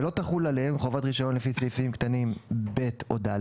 שלא תחול עליהם חובת הרישיון לפי סעיפים קטנים (ב) או (ד),